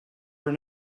were